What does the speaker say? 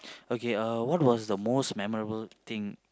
okay uh what was the most memorable thing